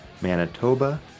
Manitoba